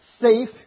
safe